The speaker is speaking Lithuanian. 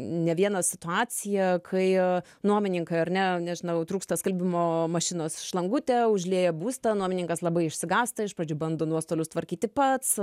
ne vieną situaciją kai nuomininkai ar ne nežinau trūksta skalbimo mašinos šlangutė užlieja būstą nuomininkas labai išsigąsta iš pradžių bando nuostolius tvarkyti pats